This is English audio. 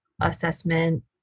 assessment